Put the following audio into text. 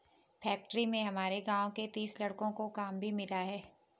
factory में हमारे गांव के तीस लड़कों को काम भी मिला है